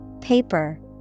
paper